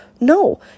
No